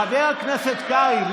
חבר הכנסת קרעי,